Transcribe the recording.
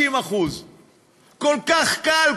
50%. כל כך קל,